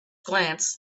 glance